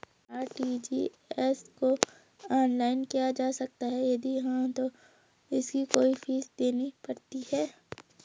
RTGS को online किया जा सकता है यदि हाँ तो इसकी कोई फीस देनी पड़ती है?